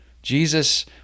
jesus